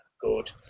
Good